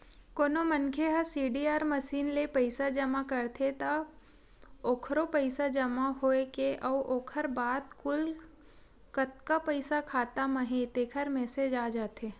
कोनो मनखे ह सीडीआर मसीन ले पइसा जमा करथे त ओखरो पइसा जमा होए के अउ ओखर बाद कुल कतका पइसा खाता म हे तेखर मेसेज आ जाथे